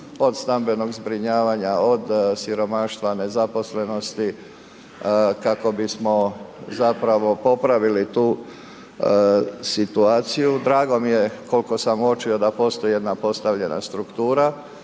od stambenog zbrinjavanja, od siromaštva, nezaposlenosti, kako bismo zapravo popravili tu situaciju. Drago mi je koliko sam uočio da postoji jedna postavljena struktura,